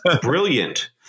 brilliant